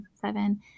seven